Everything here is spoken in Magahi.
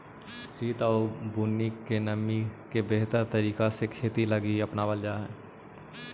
सित आउ बुन्नी के नमी के बेहतर तरीका से खेती लागी अपनाबल जा हई